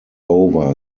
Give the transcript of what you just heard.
over